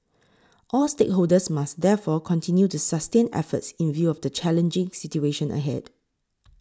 all stakeholders must therefore continue to sustain efforts in view of the challenging situation ahead